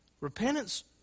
repentance